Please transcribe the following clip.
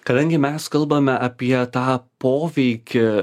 kadangi mes kalbame apie tą poveikį